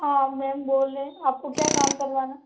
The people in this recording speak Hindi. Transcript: हाँ मेम बोल रहे है आपको क्या काम करवाना